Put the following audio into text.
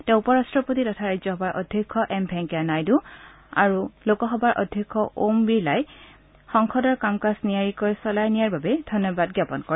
তেওঁ উপ ৰাষ্ট্ৰপতি তথা ৰাজ্যসভাৰ অধ্যক্ষ এম ভেংকায়া নাইডু আৰু লগতে লোকসভাৰ অধ্যক্ষ ওম বিৰলাই সংসদৰ কাম কাজ নিয়াৰিকৈ চলাই নিয়াৰ বাবে ধন্যবাদ জ্ঞাপন কৰে